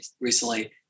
recently